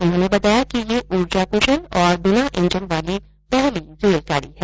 उन्होंने बताया कि यह ऊर्जा कुशल और बिना इंजन वाली पहली रेलगाड़ी है